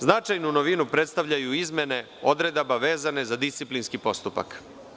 Značajnu novinu predstavljaju izmene odredaba vezane za disciplinski postupak.